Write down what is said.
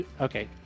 Okay